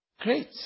Great